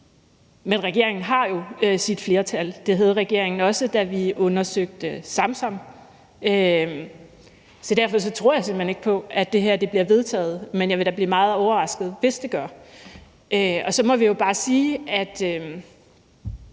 Men regeringen har jo sit flertal. Det havde regeringen også, da vi undersøgte Samsamsagen. Så derfor tror jeg simpelt hen ikke på, at det her bliver vedtaget, men jeg vil da blive meget overrasket, hvis det gør. Så må jeg jo bare sige, at